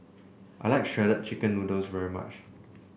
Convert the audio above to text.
I like Shredded Chicken Noodles very much